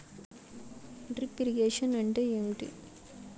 Drip irrigation అంటే ఏమిటి?